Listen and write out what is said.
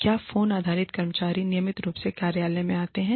क्या फोन आधारित कर्मचारी नियमित रूप से कार्यालय में आते हैं